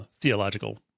theological